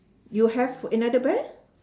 you have another bear